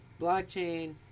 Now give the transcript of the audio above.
Blockchain